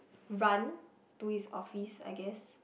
run to his office I guess